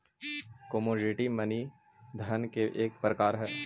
commodity money धन के एक प्रकार हई